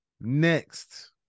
Next